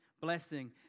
Blessing